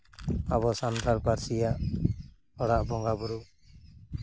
ᱟᱵᱚ ᱥᱟᱱᱛᱟᱲ ᱯᱟᱹᱨᱥᱤᱭᱟᱜ ᱚᱲᱟᱜ ᱵᱚᱸᱜᱟᱼᱵᱳᱨᱳ